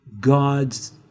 God's